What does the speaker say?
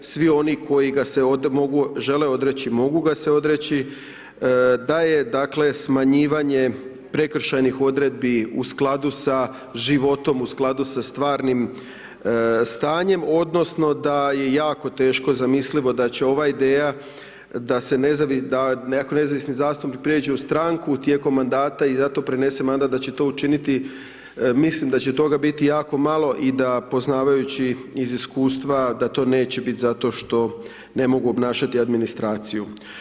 Svi oni koji ga se mogu, žele odreći mogu ga se odreći, da je dakle smanjivanje prekršajnih odredbi u skladu sa životom u skladu sa stvarnim stanjem odnosno da je jako teško zamislivo da će ova ideja da se nezavisni, da ako nezavisni zastupnik pređe u stranku tijekom mandata i zato prenese mandat da će to učiniti, mislim da će toga biti jako malo i da poznavajući iz iskustva da to neće biti zato što ne mogu obnašati administraciju.